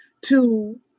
to-